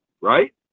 right